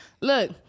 look